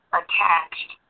attached